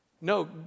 No